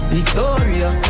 Victoria